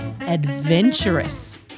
adventurous